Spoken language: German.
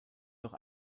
noch